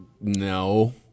No